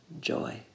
joy